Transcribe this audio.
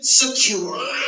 secure